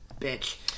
bitch